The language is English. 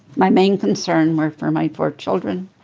my main concern were for my four children.